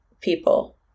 people